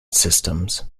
systems